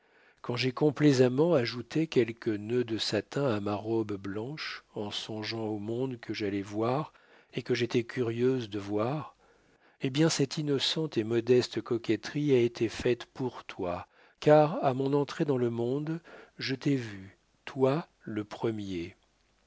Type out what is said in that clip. quand j'ai complaisamment ajouté quelques nœuds de satin à ma robe blanche en songeant au monde que j'allais voir et que j'étais curieuse de voir eh bien jules cette innocente et modeste coquetterie a été faite pour toi car à mon entrée dans le monde je t'ai vu toi le premier